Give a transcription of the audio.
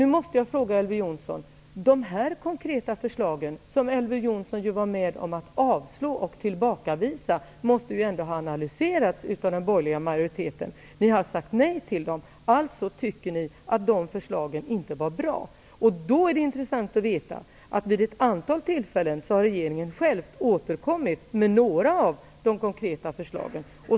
Nu måste jag fråga Elver Jonsson: Dessa konkreta förslag, som ju Elver Jonsson var med om att avslå och tillbakavisa måste ändå ha analyserats av den borgerliga majoriteten? Ni har sagt nej till dem. Alltså tycker ni att de förslagen inte var bra. Då är det intressant att veta att regeringen själv vid ett antal tillfällen har återkommit med några av dessa konkreta förslag.